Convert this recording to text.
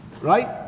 Right